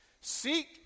Seek